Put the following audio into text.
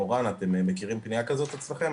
מורן, אתם מכירים פניה כזאת אצלכם?